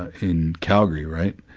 in calgary right?